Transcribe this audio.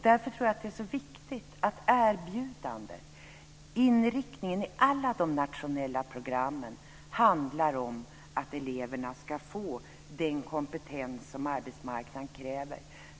Därför tror jag att det är så viktigt att erbjudandet, inriktningen i alla de nationella programmen, handlar om att eleverna ska få den kompetens som arbetsmarknaden kräver.